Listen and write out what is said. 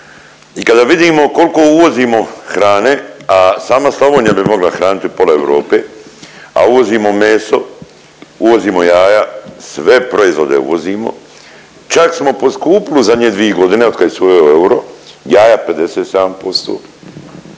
i kada vidimo koliko uvozimo hrane, a sama Slavonija bi mogla hraniti pola Europe, a uvozimo meso, uvozimo jaja sve proizvode uvozimo čak smo poskupili u zadnje dvi godine od kad je se uveo euro. Jaja 57%,